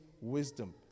wisdom